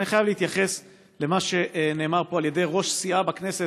אבל אני חייב להתייחס למה שנאמר פה על ידי ראש סיעה בכנסת.